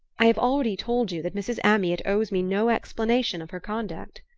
i have already told you that mrs. amyot owes me no explanation of her conduct.